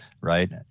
right